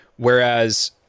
Whereas